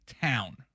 town